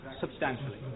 substantially